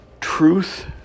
truth